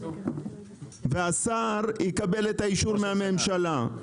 והשר יקבל את האישור מהממשלה.